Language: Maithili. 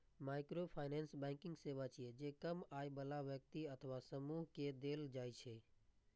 माइक्रोफाइनेंस बैंकिंग सेवा छियै, जे कम आय बला व्यक्ति अथवा समूह कें देल जाइ छै